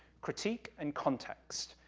critique and context.